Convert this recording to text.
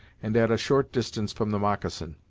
and at a short distance from the moccasin.